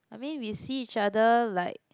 I mean we see each other like